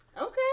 Okay